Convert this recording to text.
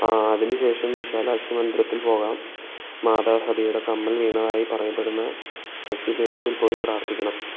ആ അതിന് ശേഷം വിശാലാക്ഷി മന്ദിരത്തിൽ പോകാം മാതാ സതിയുടെ കമ്മൽ വീണതായി പറയപ്പെടുന്ന ശക്തിപീഠത്തിൽ പോയി പ്രാർത്ഥിക്കണം